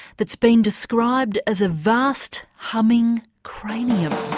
that's been described as a vast, humming cranium.